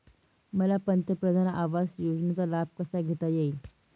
मला पंतप्रधान आवास योजनेचा लाभ कसा घेता येईल?